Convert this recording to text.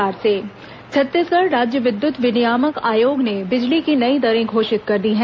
बिजली नई दर छत्तीसगढ़ राज्य विद्युत विनियामक आयोग ने बिजली की नई दरें घोषित कर दी हैं